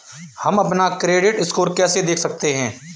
हम अपना credit score कैसे देख सकते हैं?